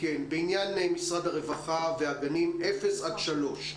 בעניין משרד הרווחה והגנים אפס עד שלוש.